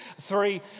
Three